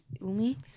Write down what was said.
Umi